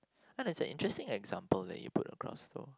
oh that's an interesting example that you put across though